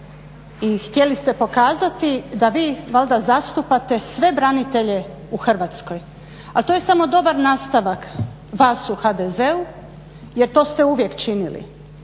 i htjeli ste pokazati da vi valjda zastupate sve branitelje u Hrvatskoj. Ali to je samo dobar nastavak vas u HDZ-u jer to ste uvijek činili.